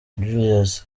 julius